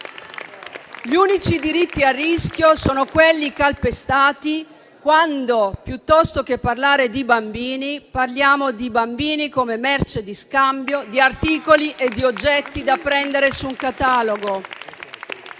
Gli unici diritti a rischio sono quelli calpestati quando, piuttosto che parlare di bambini, parliamo di bambini come merce di scambio, di articoli e di oggetti da prendere su un catalogo.